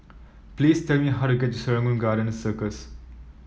please tell me how to get to Serangoon Garden Circus